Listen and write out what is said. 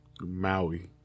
Maui